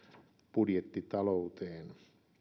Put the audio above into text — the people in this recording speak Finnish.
budjettitalouteen